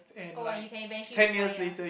oh you can eventually retire